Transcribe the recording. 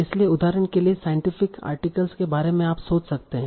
इसलिए उदाहरण के लिए साइंटिफिक आर्टिकल्स के बारे में आप सोच सकते है